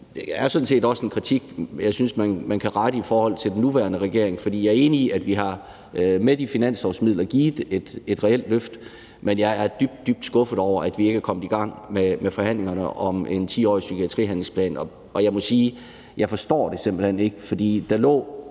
det er sådan set også en kritik, jeg synes man kan rette mod den nuværende regering. Jeg er enig i, at vi med de finanslovsmidler har givet et reelt løft, men jeg er dybt, dybt skuffet over, at vi ikke er kommet i gang med forhandlingerne om en 10-årig psykiatrihandlingsplan, og jeg må sige, at jeg simpelt hen ikke forstår